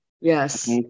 Yes